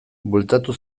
bueltatu